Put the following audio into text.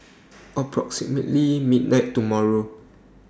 approximately midnight tomorrow